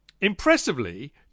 Impressively